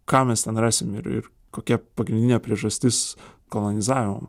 ką mes ten rasim ir ir kokia pagrindinė priežastis kolonizavimo